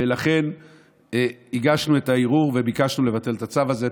ולכן הגשנו את הערעור וביקשנו לבטל את הצו הזה.